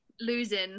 losing